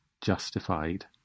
justified